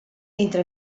entre